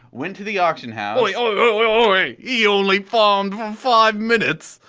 went to the auction house. oyoioioyoy! he only farmed for five minutes!